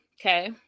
okay